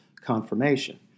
confirmation